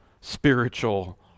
spiritual